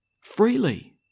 freely